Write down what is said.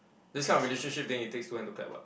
this kind of relationship then it takes two hand to clap [what]